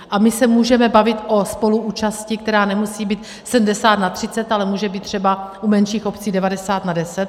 A my se můžeme bavit o spoluúčasti, která nemusí být sedmdesát na třicet, ale může být třeba u menších obcí devadesát na deset.